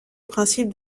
principe